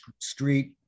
Street